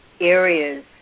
areas